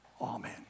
Amen